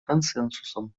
консенсусом